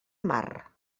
mar